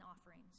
offerings